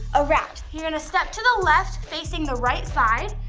around. you're going to step to the left facing the right side.